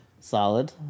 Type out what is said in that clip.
Solid